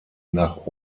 nach